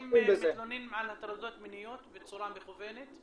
אנשים מתלוננים על הטרדות מיניות בצורה מקוונת?